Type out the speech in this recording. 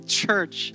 church